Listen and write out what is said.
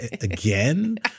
again